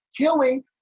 killing